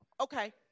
okay